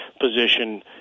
position